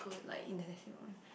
like international